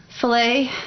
Filet